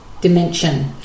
dimension